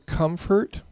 comfort